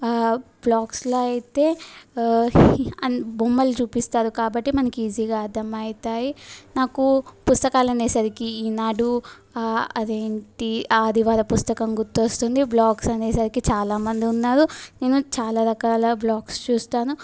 బ్లాగ్స్లో అయితే అన్ బొమ్మలు చూపిస్తారు కాబట్టి మనకు ఈజీగా అర్ధమవుతాయి నాకు పుస్తకాలు అనే సరికి ఈనాడు అదేంటి ఆదివారం పుస్తకం గుర్తు వస్తుంది బ్లాగ్స్ అనే సరికి చాలా మంది ఉన్నారు నేను చాలా రకాల బ్లాగ్స్ చూస్తాను